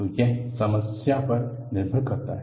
तो यह समस्या पर निर्भर करता है